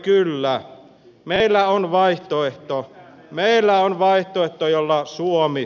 kyllä meillä on vaihtoehto jolla suomi pelastetaan